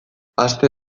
aste